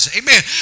amen